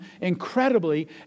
incredibly